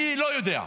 אני לא יודע.